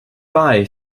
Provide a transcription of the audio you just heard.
bye